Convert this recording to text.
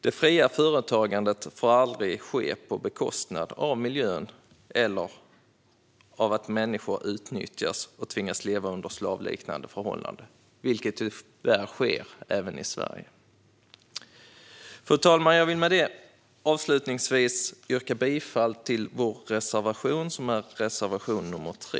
Det fria företagandet får aldrig ske på bekostnad av miljön eller av att människor utnyttjas och tvingas leva under slavliknande förhållanden - vilket tyvärr sker även i Sverige. Fru talman! Jag vill med detta yrka bifall till vår reservation nr 3.